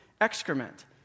excrement